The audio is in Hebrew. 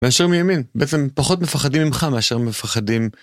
מאשר מימין, בעצם פחות מפחדים ממך מאשר מפחדים...